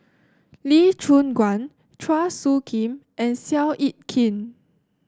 Lee Choon Guan Chua Soo Khim and Seow Yit Kin